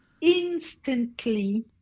instantly